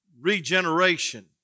regeneration